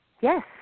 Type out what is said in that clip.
Yes